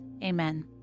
Amen